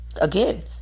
Again